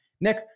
Nick